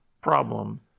problem